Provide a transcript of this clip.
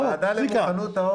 צבי האוזר (יו"ר ועדת החוץ והביטחון):